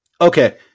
Okay